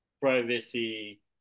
privacy